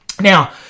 Now